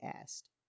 asked